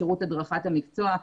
שירות הדרכת המקצוע,